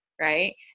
right